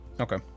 Okay